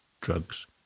drugs